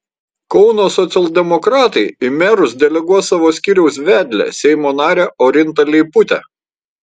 kauno socialdemokratai į merus deleguos savo skyriaus vedlę seimo narę orintą leiputę